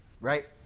right